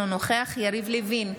אינו נוכח יריב לוין,